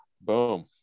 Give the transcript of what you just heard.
boom